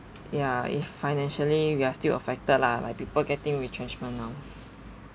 ya if financially we are still affected lah like people getting retrenchment now